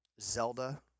Zelda